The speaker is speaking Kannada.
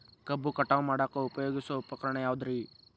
ಕಬ್ಬು ಕಟಾವು ಮಾಡಾಕ ಉಪಯೋಗಿಸುವ ಉಪಕರಣ ಯಾವುದರೇ?